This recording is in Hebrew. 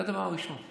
זה הדבר הראשון.